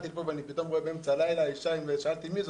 ואני פתאום רואה באמצע הלילה אישה שאלתי: מי זאת?